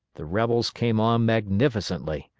the rebels came on magnificently.